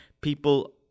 people